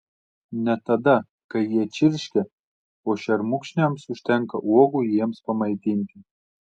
net tada kai jie čirškia o šermukšniams užtenka uogų jiems pamaitinti